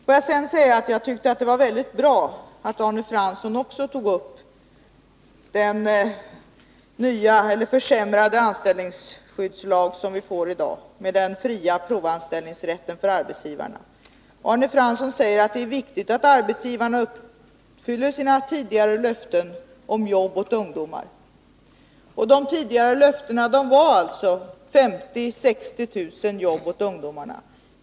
Får jag sedan säga att jag tycker att det är väldigt bra att Arne Fransson också tog upp den försämrade anställningsskyddslag som vi får i dag med den fria provanställningsrätten för arbetsgivarna. Arne Fransson säger att det är viktigt att arbetsgivarna uppfyller sina tidigare löften om jobb åt ungdomar. De tidigare löftena var alltså 50 000 å 60 000 jobb åt ungdomarna.